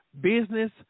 business